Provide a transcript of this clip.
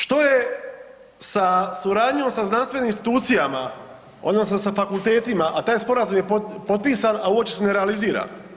Što je sa suradnjom sa znanstvenim institucijama odnosno sa fakultetima, a taj sporazum je potpisan, a uopće se ne realizira?